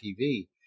TV